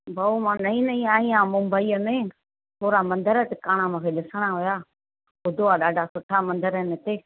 भाऊ मां नईं नईं आहीं आहियां मुम्बईअ में थोरा मन्दर टिकाणा मूंखे ॾिसिणा हुआ ॿुधो आहे ॾाढा सुठा मन्दर आहिनि हिते